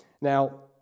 Now